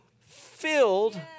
filled